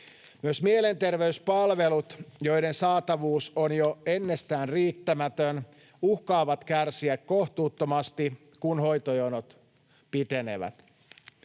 Myös mielenterveyspalvelut, joiden saatavuus on jo ennestään riittämätön, uhkaavat kärsiä kohtuuttomasti, kun hoitojonot pitenevät.